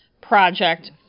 Project